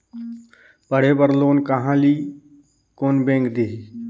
पढ़े बर लोन कहा ली? कोन बैंक देही?